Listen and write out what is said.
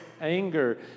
anger